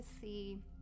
see